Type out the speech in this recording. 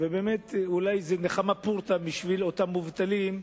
ובאמת, אולי זו נחמה פורתא בשביל אותם מובטלים,